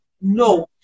No